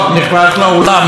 זה השבת.